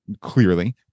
clearly